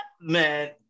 Man